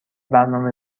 برنامه